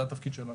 זה התפקיד שלנו,